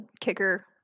kicker